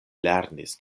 lernis